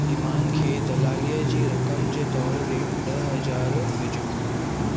ईमान खे दलालीअ जी रक़म जे तौर ते ॾह हज़ार विझो